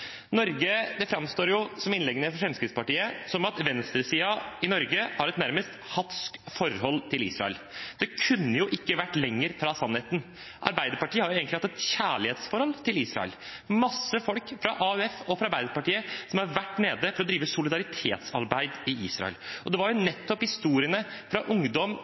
Det framstår i innleggene fra Fremskrittspartiet som om venstresiden i Norge har et nærmest hatsk forhold til Israel. Det kunne ikke vært lenger fra sannheten. Arbeiderpartiet har jo egentlig hatt et kjærlighetsforhold til Israel. Det er mange folk fra AUF og Arbeiderpartiet som har vært i Israel for å drive solidaritetsarbeid. Det var nettopp historiene fra ungdom